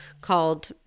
called